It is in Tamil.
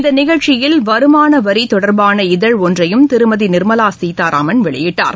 இந்த நிகழ்ச்சியில் வருமான வரி தொடர்பான இதழ் இஒன்றையும் திருமதி நிர்மலா சீதாராமன் வெளியிட்டார்